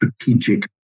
strategic